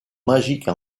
magique